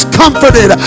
comforted